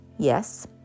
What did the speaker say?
yes